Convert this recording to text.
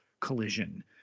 collision